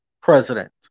president